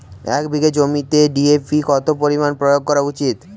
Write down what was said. এক বিঘে জমিতে ডি.এ.পি কত পরিমাণ প্রয়োগ করা উচিৎ?